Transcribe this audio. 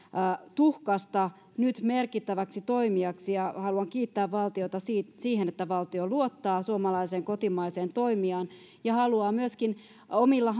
tuhkasta nyt merkittäväksi toimijaksi ja haluan kiittää valtiota siitä että valtio luottaa suomalaiseen kotimaiseen toimijaan ja haluaa myöskin omilla